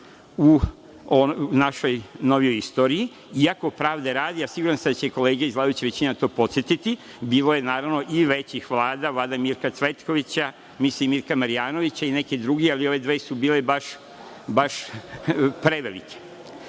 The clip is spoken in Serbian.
u našoj novijoj istoriji, iako je, pravde radi, a siguran sam da će kolege iz vladajuće većine to podsetiti, bilo naravno i većih vlada, kao što je Vlada Mirka Cvetkovića, mislim Mirka Marjanovića i neke druge, ali ove dve su bile baš prevelike. Pošto